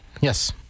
Yes